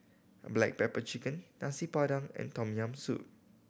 black pepper chicken Nasi Padang and Tom Yam Soup